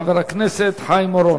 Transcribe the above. חבר הכנסת חיים אורון.